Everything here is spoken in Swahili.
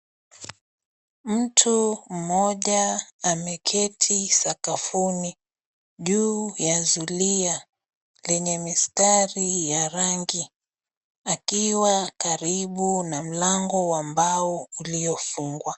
Mtu mmoja ameketi sakafuni, juu ya zulia lenye mistari ya rangi. Akiwa karibu na mlango wa mbao uliofungwa.